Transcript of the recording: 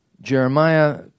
Jeremiah